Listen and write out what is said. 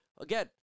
Again